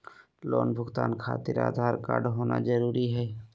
Loan भुगतान खातिर Aadhaar card होना जरूरी है?